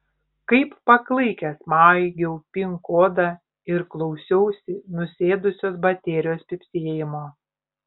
kaip paklaikęs maigiau pin kodą ir klausiausi nusėdusios baterijos pypsėjimo